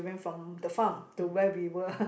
from the farm to where we were